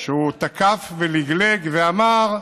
תקף ולגלג ואמר: